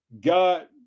God